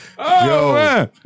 Yo